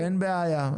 אין בעיה.